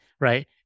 right